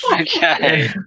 okay